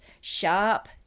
sharp